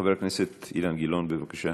חבר הכנסת אילן גילאון, בבקשה.